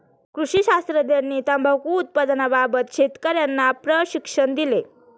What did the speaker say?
कृषी शास्त्रज्ञांनी तंबाखू उत्पादनाबाबत शेतकर्यांना प्रशिक्षण दिले